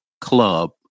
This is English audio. Club